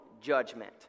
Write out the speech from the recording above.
judgment